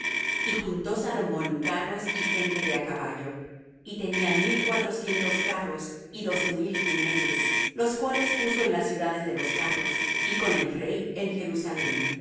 y juntó salomón carros y gente de á caballo y tenía mil cuatrocientos carros y doce mil jinetes los cuales puso en las ciudades de los carros y con el rey en jerusalem